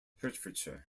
hertfordshire